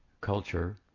culture